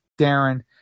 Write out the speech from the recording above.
Darren